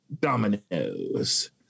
dominoes